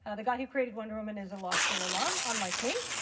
ah the guy who created wonder woman is a law school alum, unlike me.